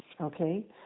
okay